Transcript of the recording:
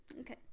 Okay